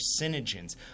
carcinogens